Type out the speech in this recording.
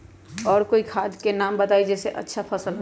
और कोइ खाद के नाम बताई जेसे अच्छा फसल होई?